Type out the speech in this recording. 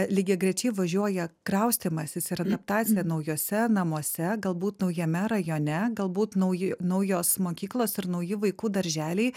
lygiagrečiai važiuoja kraustymasis ir adaptacija naujuose namuose galbūt naujame rajone galbūt nauji naujos mokyklos ir nauji vaikų darželiai